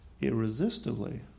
irresistibly